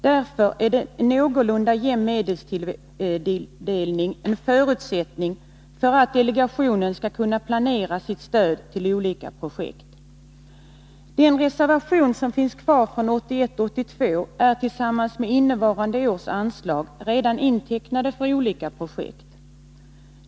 Därför är en någorlunda jämn medelstilldelning en förutsättning för att delegationen skall kunna planera sitt stöd till olika projekt. Den reservation som finns kvar från 1981/82 är tillsammans med innevarande års anslag redan intecknad för olika projekt.